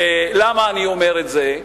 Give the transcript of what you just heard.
ולמה אני אומר את זה?